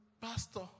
pastor